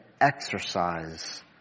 exercise